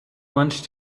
lunch